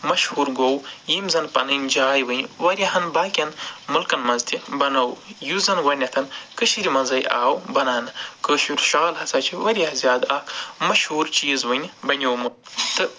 مشہوٗر گوٚو ییٚمہِ زَن پنٕنۍ جاے وٕنہِ وارِیاہن باقین مُلکن منٛز تہِ بنوٚو یُس زَن گۄڈٕنٮ۪تھَن کٔشیٖرِ منٛزَے آو بناونہٕ کٲشُر شال ہسا چھِ وارِیاہ زیادٕ اکھ مشہوٗر چیٖز وٕنہِ بنیومُت تہٕ